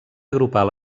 agrupar